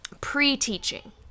pre-teaching